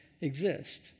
exist